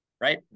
right